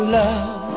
love